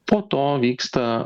po to vyksta